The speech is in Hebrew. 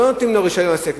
לא נותנים לו רשיון עסק.